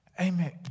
amen